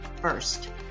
first